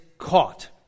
caught